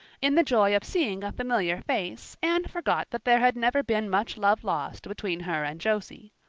in the joy of seeing a familiar face anne forgot that there had never been much love lost between her and josie.